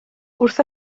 wrth